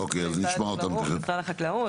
בהשתתפות משרד החקלאות,